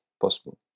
possible